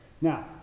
Now